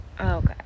Okay